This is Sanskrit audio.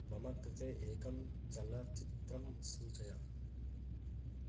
मम कृते एकं चलनचित्रं सूचय